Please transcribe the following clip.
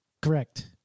Correct